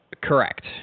correct